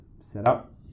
setup